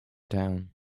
town